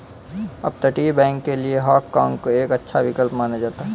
अपतटीय बैंक के लिए हाँग काँग एक अच्छा विकल्प माना जाता है